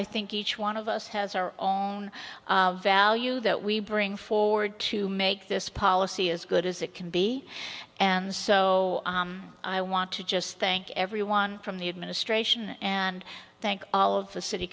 i think each one of us has our own value that we bring forward to make this policy as good as it can be and so i want to just thank everyone from the administration and thank all of the city